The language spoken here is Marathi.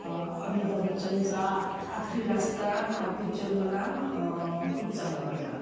अमिताभ बच्चनचा आखरी रास्ता हा पिच्चर मला खूप चांगला वाटला